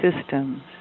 systems